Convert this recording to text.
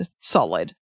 solid